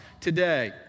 today